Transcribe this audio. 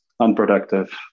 unproductive